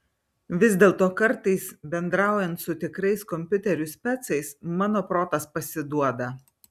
vis dėlto kartais bendraujant su tikrais kompiuterių specais mano protas pasiduoda